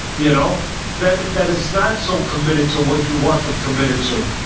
you know that that is not so committed to what you want them committed to,